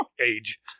age